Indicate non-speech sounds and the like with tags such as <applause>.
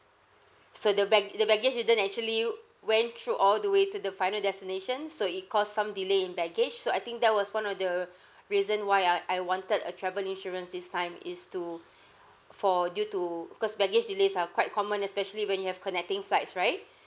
so the bag the baggage didn't actually went through all the way to the final destination so it caused some delay in baggage so I think that was one of the <breath> reason why I I wanted a travel insurance this time is to <breath> for due to because baggage delays are quite common especially when you have connecting flights right <breath>